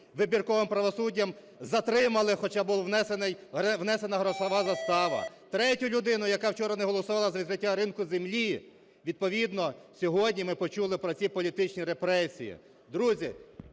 вибірковим правосуддям затримали, хоча була внесена грошова застава. Третю людину, яка вчора не голосувала за відкриття ринку землі, відповідно сьогодні ми почули про ці політичні репресії.